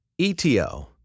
ETO